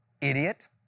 idiot